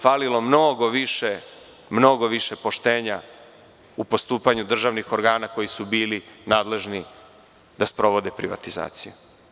Falilo je mnogo više poštenja u postupanju državnih organa koji su bili nadležni da sprovode privatizacije.